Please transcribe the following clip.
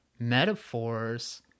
metaphors